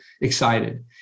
excited